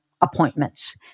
appointments